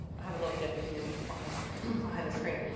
have a little gift for you behind behind the screen.